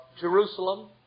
Jerusalem